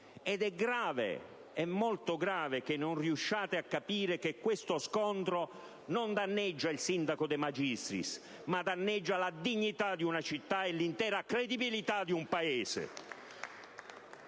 ed è grave, è molto grave che non riusciate a capire che questo scontro non danneggia il sindaco De Magistris, ma la dignità di una città e l'intera credibilità di un Paese.